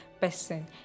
person